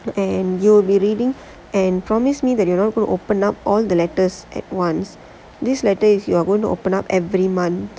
and you'll be reading and promise me that you not gonna to open up all the letters at once this letter is you are going to open up every month